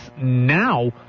now